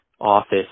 office